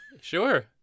Sure